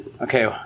Okay